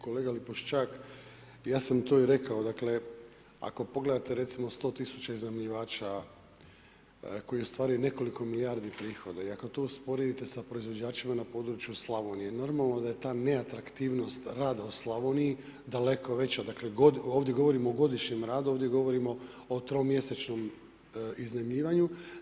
Kolega Lipošćak, ja sam to i rekao, ako pogledate 100000 iznajmljivača, koji ostvaraju nekoliko milijardi prihoda i ako to usporedite sa proizvođačima na području Slavonije, normalno da je ta neatraktivnost rada u Slavoniji daleko veća, dakle, ovdje govorimo o godišnjem radu, ovdje govorimo o tromjesečnom iznajmljivanju.